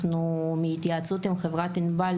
מהתייעצות עם חברת ענבל,